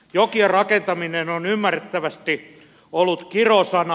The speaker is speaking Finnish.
jokien rakentaminen on ymmärrettävästi ollut kirosana